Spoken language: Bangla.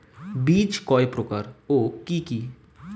বীজ কয় প্রকার ও কি কি?